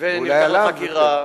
ונלקח לחקירה.